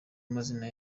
amazina